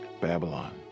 babylon